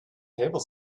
table